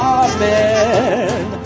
amen